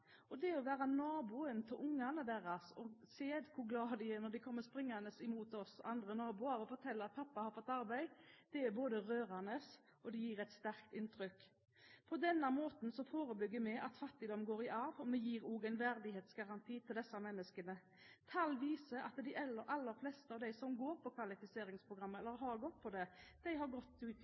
Og det å være naboene til ungene deres og se hvor glade de er når de kommer springende mot oss og forteller at pappa har fått arbeid, er både rørende og gjør et sterkt inntrykk. På denne måten forebygger vi at fattigdom går i arv. Vi gir også disse menneskene en verdighetsgaranti. Tall viser at de aller fleste av dem som går, eller har gått, på Kvalifiseringsprogrammet, har gått ut i